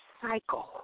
cycle